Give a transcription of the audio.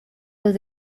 los